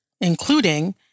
including